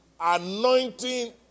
anointing